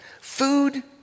food